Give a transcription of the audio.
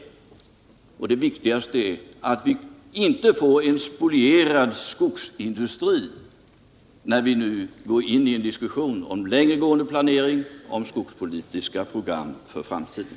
Det viktigaste är att vi inte får en spolierad skogsindustri när vi nu går in i en diskussion om längre gående planering av skogspolitiska program för framtiden.